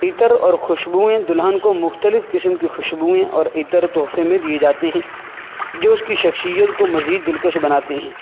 عطر اور خوشبوئیں دلہن کو مختلف قسم کی خوشبوئیں اور عطر تحفے میں دیے جاتے ہیں جو اس کی شخصیت کو مزید دلکش بناتے ہیں